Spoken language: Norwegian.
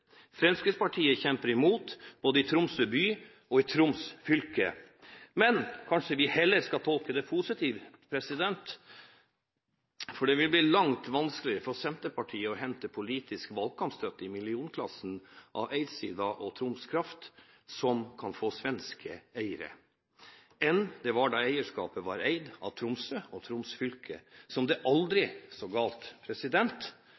Fremskrittspartiet kjemper imot både i Tromsø by og i Troms fylke. Men kanskje skal vi heller tolke det positivt, for det vil bli langt vanskeligere for Senterpartiet å hente politisk valgkampstøtte i millionklassen fra Eidsiva og Troms Kraft, som kan få svenske eiere, enn det var da de var eid av Tromsø og Troms fylke. Så om det er aldri så galt, er det som